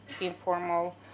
informal